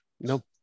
Nope